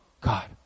God